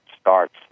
starts